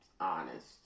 honest